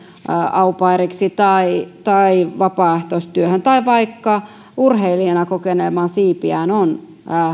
au pairiksi tai tai vapaaehtoistyöhön tai vaikka urheilijana kokeilemaan siipiään on